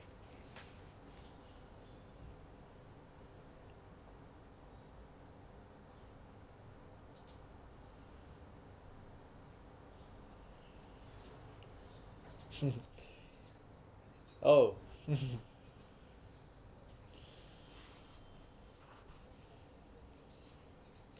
oh